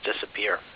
disappear